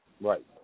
Right